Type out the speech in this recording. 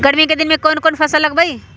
गर्मी के दिन में कौन कौन फसल लगबई?